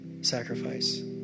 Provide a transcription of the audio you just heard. sacrifice